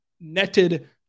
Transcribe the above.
netted